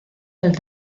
del